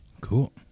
Cool